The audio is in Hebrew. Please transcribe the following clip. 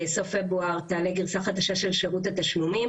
בסוף פברואר תעלה גרסה חדשה של שירות התשלומים